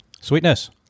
sweetness